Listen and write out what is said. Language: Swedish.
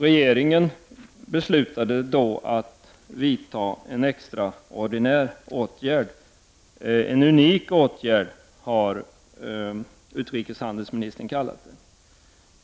Regeringen beslutade då att vidta en extraordinär åtgärd — en unik åtgärd, har utrikeshandelsministern kallat den.